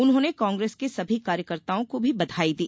उन्होंने कांग्रेस के सभी कार्यकर्ताओं को भी बधाई दी